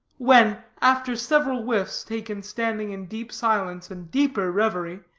when, after several whiffs taken standing in deep silence and deeper reverie,